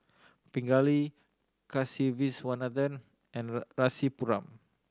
Pingali Kasiviswanathan and Rasipuram